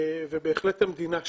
ובהחלט המדינה שם.